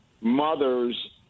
mothers